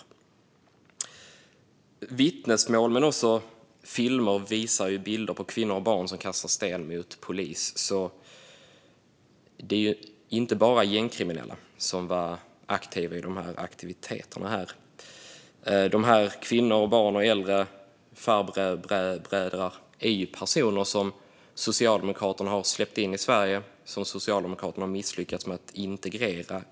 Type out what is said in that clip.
Av vittnesmål och filmer förstår vi att även kvinnor och barn kastade sten mot polisen, så det var inte bara gängkriminella som var aktiva. Dessa kvinnor, barn och äldre män är personer som Socialdemokraterna har släppt in i Sverige och som Socialdemokraterna har misslyckats att integrera.